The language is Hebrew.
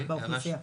היחסי בסד"כ.